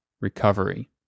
recovery